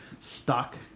stuck